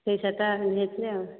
ସେ ଶାଢ଼ୀଟା ପିନ୍ଧିକି ଯାଇଥିଲି ଆଉ